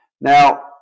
Now